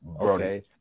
okay